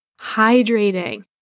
hydrating